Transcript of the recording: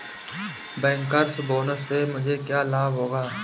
Bankers bonus से मुझे क्या लाभ होगा?